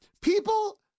people